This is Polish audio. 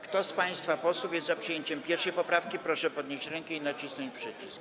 Kto z państwa posłów jest za przyjęciem 1. poprawki, proszę podnieść rękę i nacisnąć przycisk.